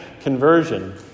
conversion